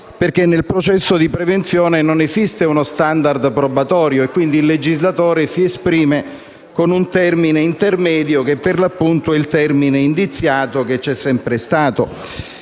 perché nel processo di prevenzione non esiste uno *standard* probatorio e, quindi, il legislatore si esprime con un termine intermedio che, per l'appunto, è il termine indiziato, che è sempre esistito.